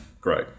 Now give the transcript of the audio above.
great